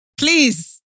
Please